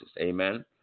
Amen